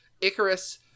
icarus